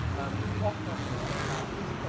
um, often, i found, like,